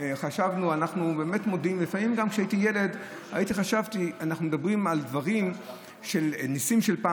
גם כשהייתי ילד חשבתי: אנחנו מדברים על ניסים של פעם,